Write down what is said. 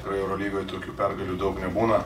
eurolygoje tokių pergalių daug nebūna